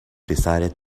decided